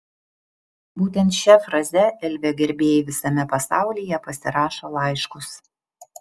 būtent šia fraze elvio gerbėjai visame pasaulyje pasirašo laiškus